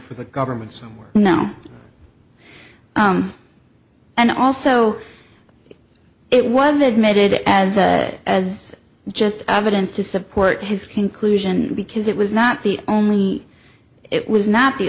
for the government somewhere now and also it was admitted as as just evidence to support his conclusion because it was not the only it was not the